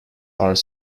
are